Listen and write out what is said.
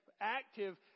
active